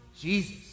Jesus